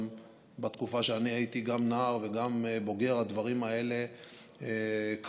בתקופה שאני הייתי נער וגם בוגר הדברים האלה קרו,